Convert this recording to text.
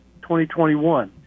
2021